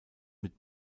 mit